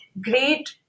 great